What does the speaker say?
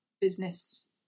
business